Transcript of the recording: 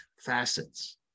facets